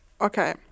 Okay